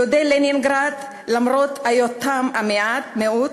יהודי לנינגרד, למרות היותם מיעוט,